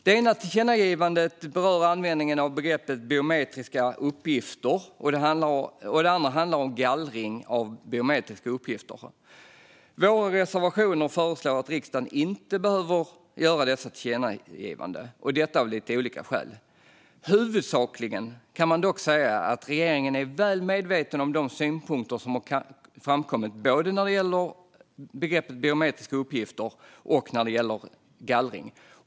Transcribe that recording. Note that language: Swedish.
Det ena tillkännagivandet berör användningen av begreppet biometriska uppgifter, och det andra handlar om gallring av biometriska uppgifter. I våra reservationer föreslås att riksdagen inte behöver göra dessa tillkännagivanden, och detta av lite olika skäl. Huvudsakligen kan man dock säga att regeringen är väl medveten om de synpunkter som har framkommit, både när det gäller begreppet biometriska uppgifter och när det gäller gallring.